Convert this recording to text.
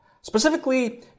Specifically